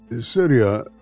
Syria